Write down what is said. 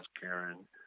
Karen